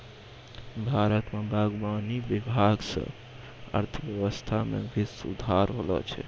भारत मे बागवानी विभाग से अर्थव्यबस्था मे भी सुधार होलो छै